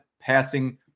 passing